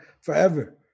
forever